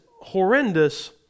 horrendous